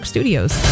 Studios